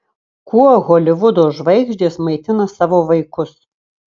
kuo holivudo žvaigždės maitina savo vaikus